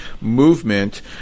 movement